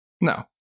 No